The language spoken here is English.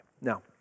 Now